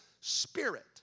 spirit